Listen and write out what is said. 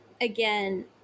again